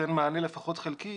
ייתן מענה, לפחות חלקי,